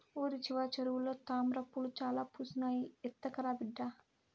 ఊరి చివర చెరువులో తామ్రపూలు చాలా పూసినాయి, ఎత్తకరా బిడ్డా